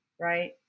right